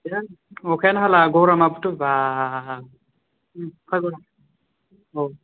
बिरात अखायानो हाला गरमाबो थ' बा